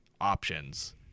Options